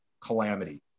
calamity